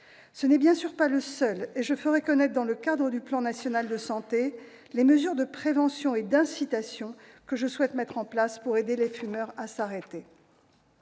Ce n'est bien sûr pas le seul et je ferai connaître, dans le cadre du plan national de santé, les mesures de prévention et d'incitation que je souhaite mettre en place pour aider les fumeurs à s'arrêter.